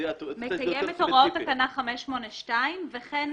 מקיים את הוראות תקנה 582, וכן